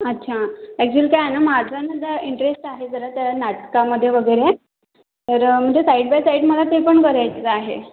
अच्छा ॲक्चुअली काय आहे ना माझं ना जरा इंटरेस्ट आहे जरा त्या नाटकामध्ये वगैरे तर म्हणजे साईड बाय साईड मला ते पण करायचं आहे